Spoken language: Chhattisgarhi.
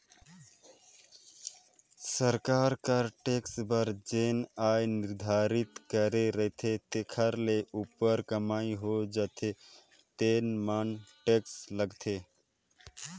सरकार कर टेक्स बर जेन आय निरधारति करे रहिथे तेखर ले उप्पर कमई हो जाथे तेन म टेक्स लागथे